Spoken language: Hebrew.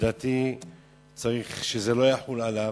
לדעתי צריך שזה לא יחול עליו,